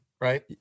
right